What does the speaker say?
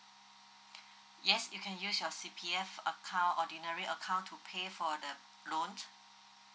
yes you can use your C_P_F account ordinary account to pay for the loan